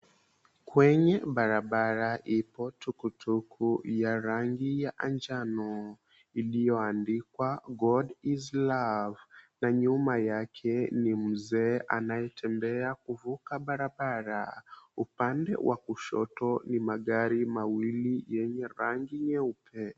Kwenye barabara ipo tukutuku ya rangi ya manjano iliyoandikwa, "God Is Love," na nyuma yake ni mzee anayetembea kuvuka barabara. Upande wa kushoto ni magari mawili yenye rangi nyeupe.